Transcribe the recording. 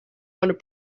owner